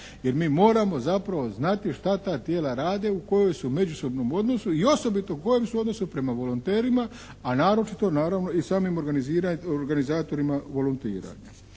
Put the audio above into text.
Jer mi moramo zapravo znati šta ta tijela rade, u kojoj su međusobnom odnosu i osobito u kojem su odnosu prema volonterima a naročito naravno i samim organizatorima volontiranja?